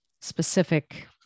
specific